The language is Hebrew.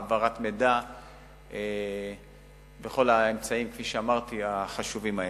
העברת מידע וכל האמצעים החשובים האלה,